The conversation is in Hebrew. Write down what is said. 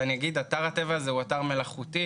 אתר הטבע הזה הוא אתר מלאכותי.